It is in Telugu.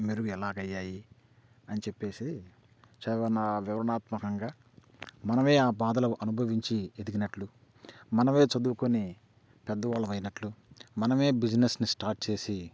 మెరుగు ఎలాగా అయ్యాయి అని చెప్పి చాలా నా వివరాణాత్మకంగా మనమే ఆ బాధలో అనుభవించి వెతికినట్లు మనమే చదువుకుని పెద్దవాళ్ళం అయినట్లు మనమే బిజినెస్ని స్టార్ట్ చేసి